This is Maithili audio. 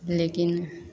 लेकिन